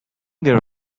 there